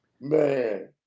Man